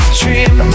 dream